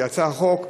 כשיצא החוק,